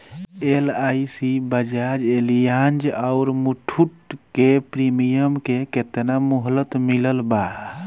LIC Bajaj Allianz आउर मुथूट के premium के केतना मुहलत मिलल बा?